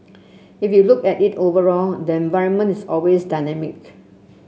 if you look at it overall then environment is always dynamic